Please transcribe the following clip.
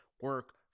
Work